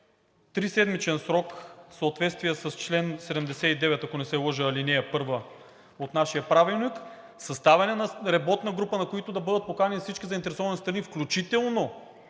триседмичен срок, в съответствие с чл. 79, ако не се лъжа, ал. 1 от нашия Правилник, съставяне на работна група, на която да бъдат поканени всички заинтересовани страни, включително